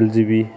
एलजिबि